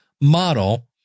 model